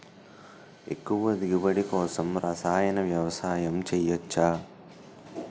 ఎక్కువ దిగుబడి కోసం రసాయన వ్యవసాయం చేయచ్చ?